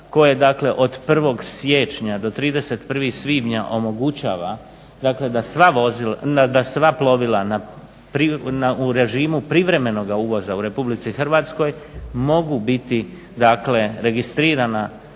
koji od 1.siječnja do 31.svibnja omogućava da sva plovila u režimu privremenoga uvoza u RH mogu biti registrirana